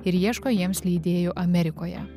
ir ieško jiems leidėjų amerikoje